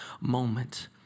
moment